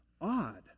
odd